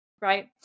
right